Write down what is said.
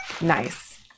Nice